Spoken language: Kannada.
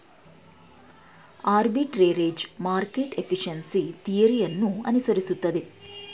ಆರ್ಬಿಟ್ರೆರೇಜ್ ಮಾರ್ಕೆಟ್ ಎಫಿಷಿಯೆನ್ಸಿ ಥಿಯರಿ ಅನ್ನು ಅನುಸರಿಸುತ್ತದೆ